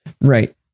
right